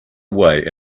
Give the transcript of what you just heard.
away